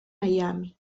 miami